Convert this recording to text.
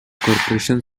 corporation